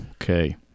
okay